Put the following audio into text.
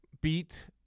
beat